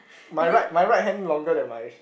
my right my right hand longer than my